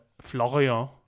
Florian